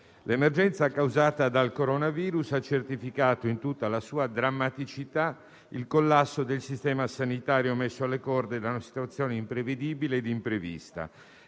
L'emergenza causata dal coronavirus ha certificato in tutta la sua drammaticità il collasso del sistema sanitario, messo alle corde da una situazione imprevedibile e imprevista.